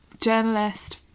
journalist